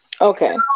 Okay